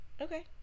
Okay